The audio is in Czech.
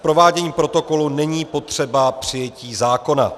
K provádění protokolu není potřeba přijetí zákona.